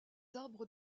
arbres